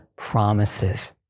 promises